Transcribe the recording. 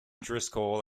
driscoll